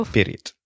Period